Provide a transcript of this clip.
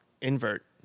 invert